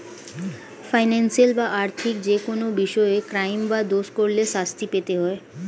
financial বা আর্থিক যেকোনো বিষয়ে ক্রাইম বা দোষ করলে শাস্তি পেতে হয়